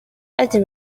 eddy